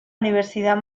universidad